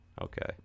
Okay